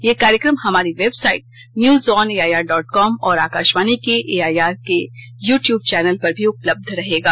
यह कार्यक्रम हमारी website news on A I R dot com और आकाशवाणी के एआईआर के यू टयूब चैनल पर भी उपलब्ध रहेगा